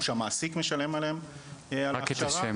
או שהמעסיק משלם עליהם על ההכשרה.